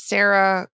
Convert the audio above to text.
Sarah